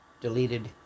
deleted